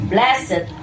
Blessed